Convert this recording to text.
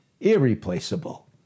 irreplaceable